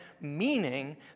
Meaning